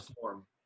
form